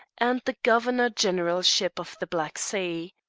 and the governor-generalship of the black sea.